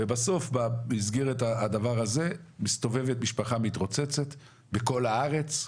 ובסוף במסגרת הדבר הזה מסתובבת משפחה מתרוצצת בכל הארץ,